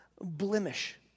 blemish